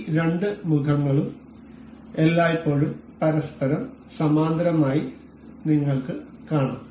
ഈ രണ്ട് മുഖങ്ങളും എല്ലായ്പ്പോഴും പരസ്പരം സമാന്തരമായി നിങ്ങൾക്ക് കാണാം